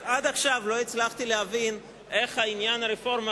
רק עד עכשיו לא הצלחתי להבין איך עניין הרפורמה